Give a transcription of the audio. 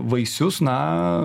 vaisius na